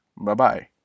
Bye-bye